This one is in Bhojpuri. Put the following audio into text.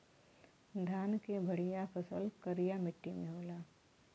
धान के बढ़िया फसल करिया मट्टी में होला